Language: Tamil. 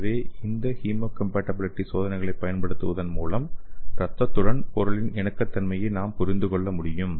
எனவே இந்த ஹீமோகாம்பாட்டிபிலிட்டி சோதனையைப் பயன்படுத்துவதன் மூலம் இரத்தத்துடன் பொருளின் இணக்கத்தன்மையை நாம் புரிந்து கொள்ள முடியும்